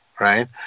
right